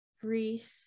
breathe